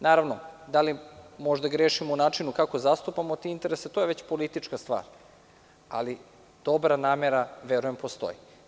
Naravno, da li možda grešimo u načinu kako zastupamo te interese, to je već politička stvar, ali dobra namera, verujem, postoji.